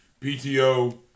PTO